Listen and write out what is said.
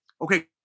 Okay